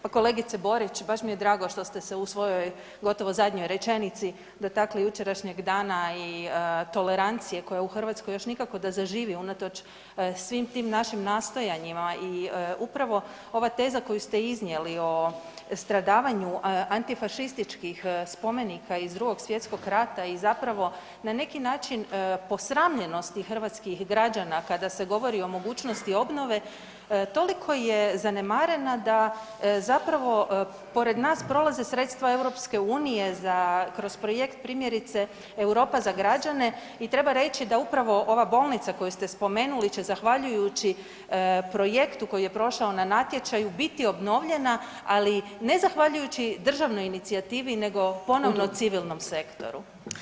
Pa kolegice Borić, baš mi je drago što ste se u svojoj gotovo zadnjoj rečenici dotakli jučerašnjeg dana i tolerancije koja u Hrvatskoj još nikako da zaživi unatoč svim tim našim nastojanjima i upravo ova teza koju ste iznijeli o stradavanju antifašističkih spomenika iz II. svj. rata i zapravo na neki način posramljenosti hrvatskih građana kada se govori o mogućnosti obnove, toliko je zanemarena da zapravo pored nas prolaze sredstva EU za, kroz projekt primjerice, Europa za građane i treba reći da upravo ova bolnica koju ste spomenuli će zahvaljujući projektu koji je prošao na natječaju biti obnovljena, ali ne zahvaljujući državnoj inicijativi, nego ... [[Upadica se ne čuje.]] ponovno civilnom sektoru.